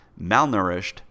malnourished